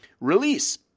release